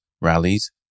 rallies